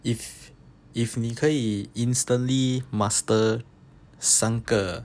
if if 你可以 instantly master 三个